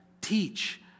teach